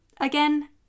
Again